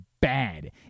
bad